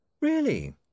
Really